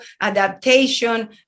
adaptation